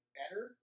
better